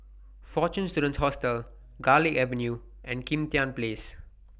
Fortune Students Hostel Garlick Avenue and Kim Tian Place